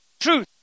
truth